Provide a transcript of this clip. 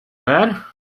bad